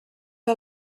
que